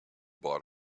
bought